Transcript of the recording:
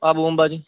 Abu Ambaji